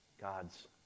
God's